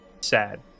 sad